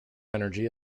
energy